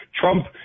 Trump